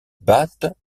battent